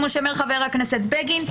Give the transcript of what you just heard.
כמו שאומר חבר הכנסת בגין,